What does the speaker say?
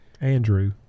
Andrew